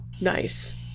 Nice